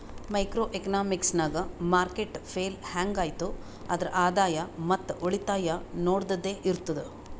micro economics ನಾಗ್ market fail ಹ್ಯಾಂಗ್ ಐಯ್ತ್ ಆದ್ರ ಆದಾಯ ಮತ್ ಉಳಿತಾಯ ನೊಡದ್ದದೆ ಇರ್ತುದ್